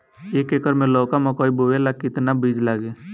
एक एकर मे लौका मकई बोवे ला कितना बिज लागी?